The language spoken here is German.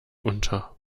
unter